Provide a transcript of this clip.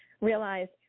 realized